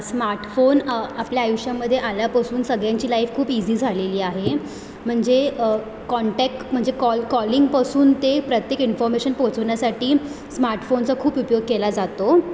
smartphone आपल्या आयुष्यामध्ये आल्यापासून सगळ्यांची लाईफ खूप ईझी झालेली आहे म्हणजे कॉन्टॅक म्हणजे कॉल कॉलिंगपासून ते प्रत्येक इन्फर्मेशन पोचवण्यासाठी स्मार्टफोनचा खूप उपयोग केला जातो